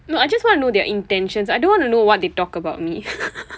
no I just want to know their intentions I don't want to know what they talk about me